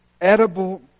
edible